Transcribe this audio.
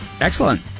Excellent